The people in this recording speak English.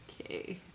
Okay